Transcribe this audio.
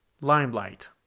Limelight